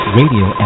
radio